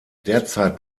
derzeit